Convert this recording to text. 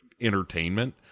entertainment